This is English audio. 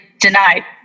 denied